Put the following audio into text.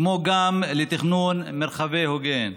כמו גם לתכנון מרחבי הוגן: